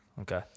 Okay